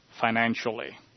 financially